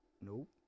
nope